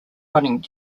running